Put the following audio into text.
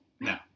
No